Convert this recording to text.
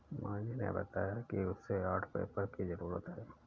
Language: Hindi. मोहिनी ने बताया कि उसे आर्ट पेपर की जरूरत है